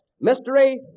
Mystery